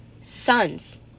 sons